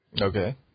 Okay